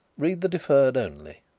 read the deferred only.